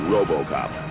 Robocop